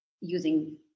using